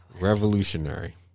revolutionary